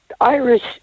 Irish